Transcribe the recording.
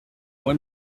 moi